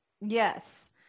Yes